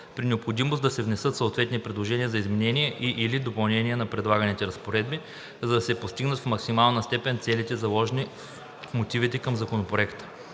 при необходимост да се внесат съответните предложения за изменение и/или допълнение на предлаганите разпоредби, за да се постигнат в максимална степен целите, заложени в мотивите към Законопроекта.